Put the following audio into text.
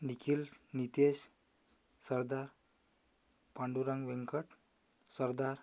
Nikhil Nitesh Sardar Pandurang Venkat Sardar